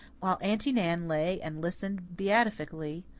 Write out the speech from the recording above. while aunty nan lay and listened beatifically,